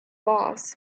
loss